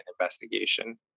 investigation